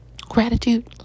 gratitude